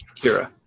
Kira